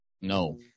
No